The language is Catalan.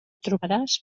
trobaràs